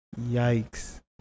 Yikes